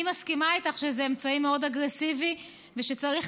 אני מסכימה איתך שזה אמצעי מאוד אגרסיבי ושצריך